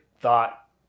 thought